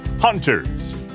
hunters